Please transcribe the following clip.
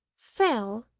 fell,